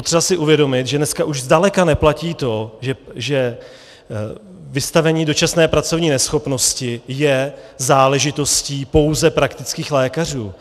Je potřeba si uvědomit, že dneska už zdaleka neplatí to, že vystavení dočasné pracovní neschopnosti je záležitostí pouze praktických lékařů.